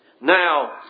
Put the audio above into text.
Now